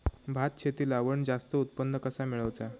भात शेती लावण जास्त उत्पन्न कसा मेळवचा?